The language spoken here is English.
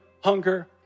hunger